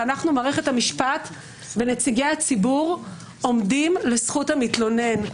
ואנחנו ומערכת המשפט ונציגי הציבור עומדים לזכות המתלונן.